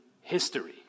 history